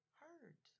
hurt